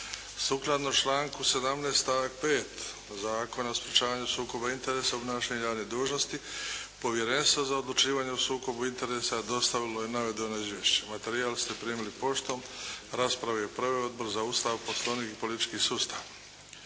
Sukladno članku 17. stavak 5. Zakona o sprečavanju sukoba interesa, obnašanje javne dužnosti Povjerenstvo za odlučivanje o sukobu interesa dostavilo je navedeno izvješće. Materijal ste primili poštom, raspravu je proveo Odbor za Ustav, Poslovnik i politički sustav.